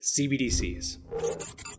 CBDCs